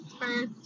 first